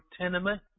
tenement